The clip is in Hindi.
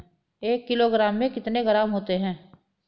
एक किलोग्राम में कितने ग्राम होते हैं?